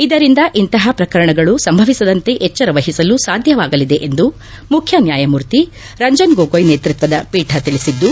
ಇದರಿಂದ ಇಂತಹ ಪ್ರಕರಣಗಳು ಸಂಭವಿಸದಂತೆ ಎಚ್ಚರ ವಹಿಸಲು ಸಾಧ್ಯವಾಗಲಿದೆ ಎಂದು ಮುಖ್ಯ ನ್ಯಾಯಮೂರ್ತಿ ರಂಜನ್ ಗೋಗೋಯ್ ನೇತೃತ್ವದ ಪೀಠ ತಿಳಿಸಿದ್ದು